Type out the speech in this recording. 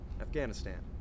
Afghanistan